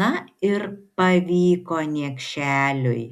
na ir pavyko niekšeliui